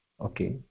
Okay